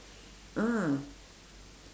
ah